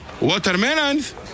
Watermelons